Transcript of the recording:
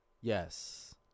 Yes